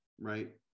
right